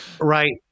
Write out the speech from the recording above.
right